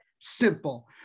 simple